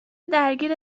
درگیر